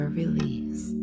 release